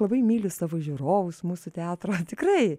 labai myliu savo žiūrovus mūsų teatro tikrai